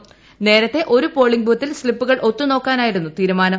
ന്റേരിത്തെ ഒരു പോളിംഗ് ബൂത്തിൽ സ്ലിപ്പുകൾ ഒത്തുനോക്കാനായിരുന്നു തീരുമാനം